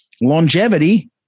Longevity